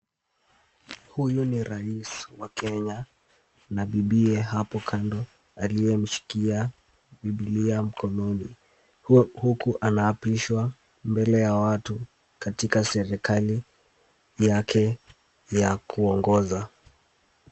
Huyu ni rais wa Kenya na bibiye hapo kando aliyemshikia Biblia mkononi huku anaapishwa mbele ya watu katika serikali yake ya kuongoza.